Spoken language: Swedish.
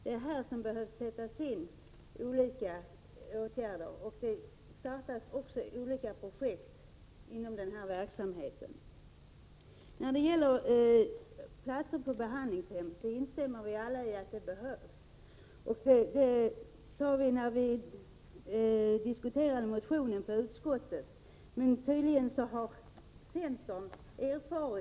Här behöver olika åtgärder sättas in, och det startas också olika projekt inom detta område. Vi instämmer alla i att det behövs platser på behandlingshem. Det sade vi när vi diskuterade motionen i utskottet, men tydligen har centern under 5 Prot.